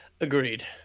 agreed